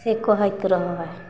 से कहैत रहै हइ